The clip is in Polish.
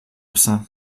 psa